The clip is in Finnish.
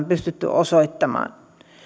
pystytty osoittamaan